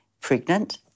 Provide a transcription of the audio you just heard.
pregnant